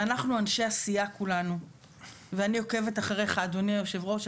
ואנחנו אנשי עשייה כולנו ואני עוקבת אחריך אדוני היושב-ראש.